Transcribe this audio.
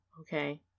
okay